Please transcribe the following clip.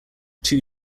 two